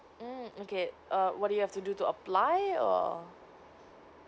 mm okay err what do you have to do to apply or